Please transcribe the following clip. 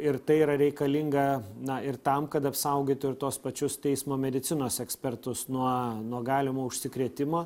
ir tai yra reikalinga na ir tam kad apsaugoti ir tuos pačius teismo medicinos ekspertus nuo nuo galimo užsikrėtimo